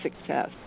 success